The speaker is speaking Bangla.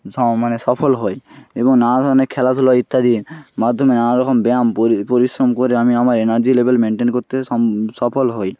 স মানে সফল হই এবং নানা ধরনের খেলাধুলা ইত্যাদি মাধ্যমে নানা রকম ব্যায়াম পরি পরিশ্রম করে আমি আমার এনার্জি লেবেল মেনটেন করতে সম সফল হই